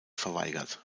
verweigert